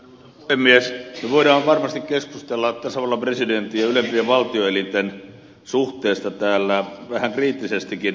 me voimme varmasti keskustella tasavallan presidentin ja ylempien valtioelinten suhteesta täällä vähän kriittisestikin